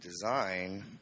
design